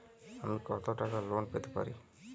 আমি কত টাকা লোন পেতে পারি?